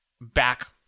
back